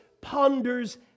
ponders